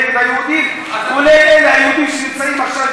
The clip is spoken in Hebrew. ונגד היהודים שנמצאים עכשיו בבית-המעצר.